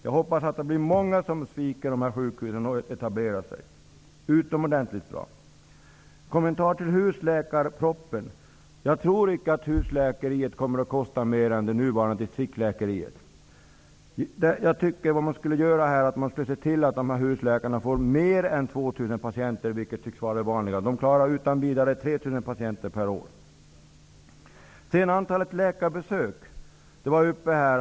Jag hoppas att många läkare sviker sjukhusen och i stället etablerar sig som privatläkare. Det är utomordentligt bra. Vidare har jag en kommentar till husläkarpropositionen. Jag tror inte att ''husläkeriet'' kommer att kosta mer än det nuvarande ''distriksläkeriet''. Jag tycker att man skall se till att husläkarna kan få behandla mer än 2 000 patienter. Det tycks vara det vanliga. De klarar utan vidare 3 000 patienter per år. Vidare har vi frågan om antalet läkarbesök per patient.